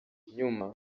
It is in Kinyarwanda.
nyuma